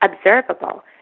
observable